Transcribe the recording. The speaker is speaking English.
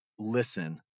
listen